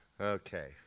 Okay